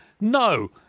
No